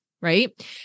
Right